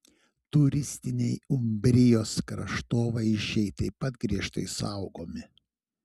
turistiniai umbrijos kraštovaizdžiai taip pat griežtai saugomi